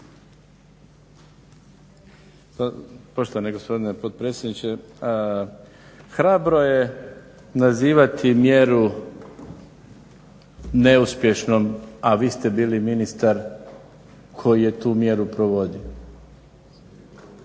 hrabro je nazivati mjeru neuspješnom, a vi ste bili ministar koji je tu mjeru provodio.